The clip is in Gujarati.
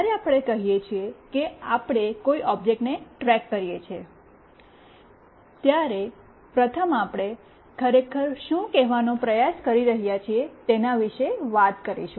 જ્યારે આપણે કહીએ છે કે આપણે કોઈ ઓબ્જેક્ટને ટ્રેક કરીએ છીએ ત્યારે પ્રથમ આપણે ખરેખર શું કહેવાનો પ્રયાસ કરી રહ્યા છીએ તેના વિશે વાત કરીશ